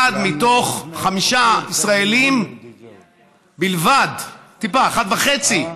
אחד מתוך חמישה ישראלים בלבד, טיפה יותר, 1.5,